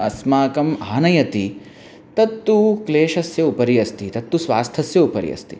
अस्माकम् आनयति तत्तु क्लेशस्य उपरि अस्ति तत्तु स्वास्थ्यस्य उपरि अस्ति